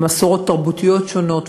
מסורות תרבותיות שונות,